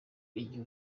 igihe